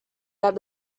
out